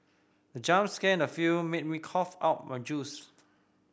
the jump scare in the film made me cough out my juice